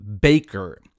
baker